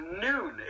noon